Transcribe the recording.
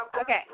Okay